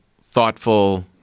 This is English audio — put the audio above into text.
thoughtful